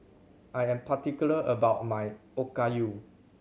I am particular about my Okayu